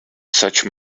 such